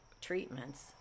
treatments